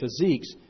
physiques